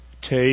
Take